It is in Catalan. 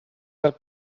del